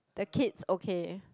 the kids okay